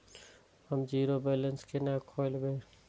हम zero balance केना खोलैब?